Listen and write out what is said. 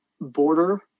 border